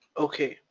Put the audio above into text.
okay.